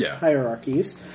hierarchies